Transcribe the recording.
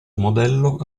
modello